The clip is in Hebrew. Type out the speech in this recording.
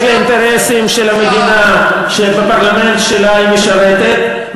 לאינטרסים של המדינה שבפרלמנט שלה היא משרתת,